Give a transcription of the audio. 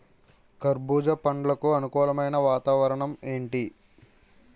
కర్బుజ పండ్లకు అనుకూలమైన వాతావరణం ఏంటి?